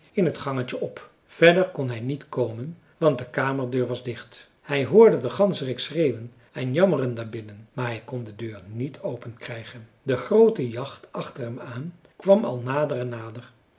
in het gangetje op verder kon hij niet komen want de kamerdeur was dicht hij hoorde den ganzerik schreeuwen en jammeren daarbinnen maar hij kon de deur niet open krijgen de groote jacht achter hem aan kwam al nader